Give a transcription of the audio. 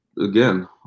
again